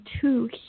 two